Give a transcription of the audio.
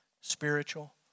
spiritual